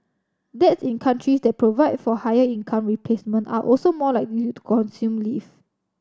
dads in countries that provide for higher income replacement are also more likely to consume leave